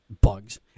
Bugs